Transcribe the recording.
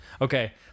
Okay